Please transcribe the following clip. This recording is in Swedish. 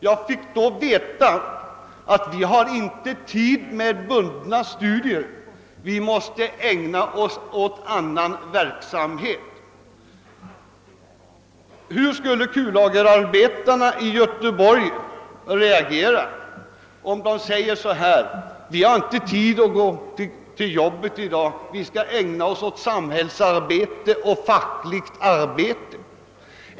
Jag fick då veta att »vi har inte tid med bundna studier, vi måste ägna oss åt annan verksamhet«. Hur skulle det gå om kullagerarbetarna i Göteborg sade: Vi har inte tid att gå till jobbet i dag, vi skall ägna oss åt samhällsarbete och fackligt arbete.